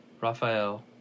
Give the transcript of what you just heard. Raphael